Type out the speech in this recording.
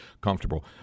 comfortable